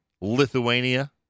Lithuania